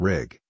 Rig